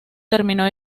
termino